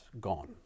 gone